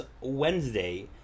Wednesday